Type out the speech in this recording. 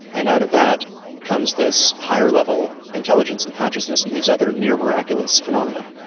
and out of that comes this higher level intelligence and consciousness and these other near miraculous phenomena.